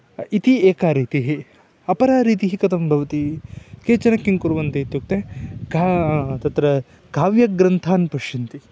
इति एका रीतिः अपरा रीतिः कथं भवति केचन किं कुर्वन्ति इत्युक्ते घा तत्र काव्यग्रन्थान् पश्यन्ति